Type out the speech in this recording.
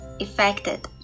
affected